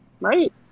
right